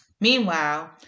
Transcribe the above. Meanwhile